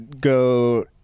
Go